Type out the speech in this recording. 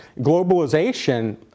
Globalization